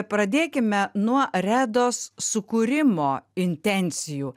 pradėkime nuo redos sukūrimo intencijų